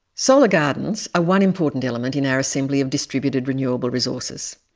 solar gardens are one important element in our assembly of distributed renewable resources.